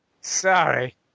Sorry